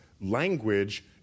language